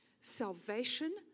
salvation